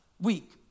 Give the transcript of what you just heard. week